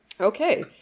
Okay